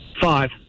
Five